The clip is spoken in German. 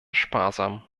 sparsam